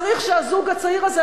צריך שהזוג הצעיר הזה,